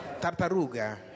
tartaruga